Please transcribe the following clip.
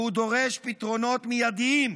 והוא דורש פתרונות מיידיים.